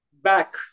back